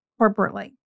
corporately